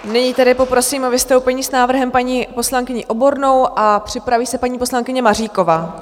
Nyní poprosím o vystoupení s návrhem paní poslankyni Obornou a připraví se paní poslankyně Maříková.